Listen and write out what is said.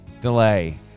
delay